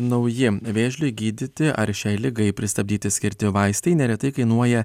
naujiem vėžliui gydyti ar šiai ligai pristabdyti skirti vaistai neretai kainuoja